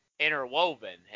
interwoven